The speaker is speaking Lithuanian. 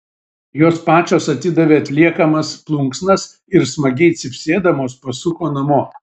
jos pačios atidavė atliekamas plunksnas ir smagiai cypsėdamos pasuko namo